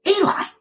Eli